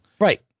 Right